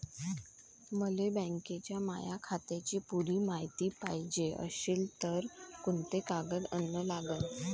मले बँकेच्या माया खात्याची पुरी मायती पायजे अशील तर कुंते कागद अन लागन?